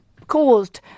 Caused